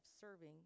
serving